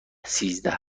سیزده